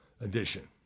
edition